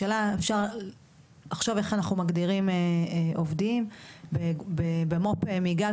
השאלה עכשיו איך אנחנו מגדירים עובדים במו"פ מיגל,